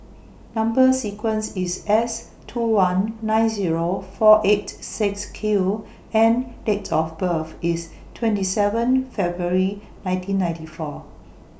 Number sequence IS S two one nine Zero four eight six Q and Date of birth IS twenty seven February nineteen ninety four